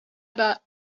about